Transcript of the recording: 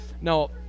now